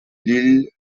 lille